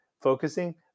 focusing